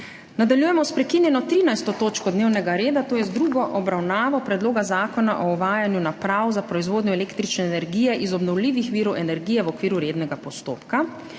Nadaljujemo s prekinjeno 13. točko dnevnega reda, to je z drugo obravnavo Predloga zakona o uvajanju naprav za proizvodnjo električne energije iz obnovljivih virov energije v okviru rednega postopka.